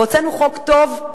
והוצאנו חוק טוב,